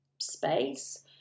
space